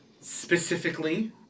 specifically